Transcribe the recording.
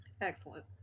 Excellent